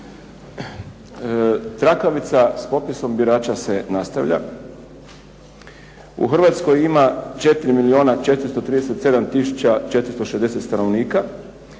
Trakavica sa popisom birača se nastavlja. U Hrvatskoj ima 4 milijuna